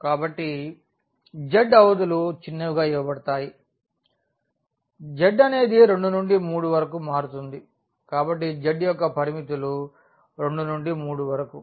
కాబట్టి z అవధులు చిన్నవిగా ఇవ్వబడతాయి z అనేది 2 నుండి 3 వరకు మారుతుంది కాబట్టి z యొక్క పరిమితులు 2 నుండి 3 వరకు